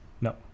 No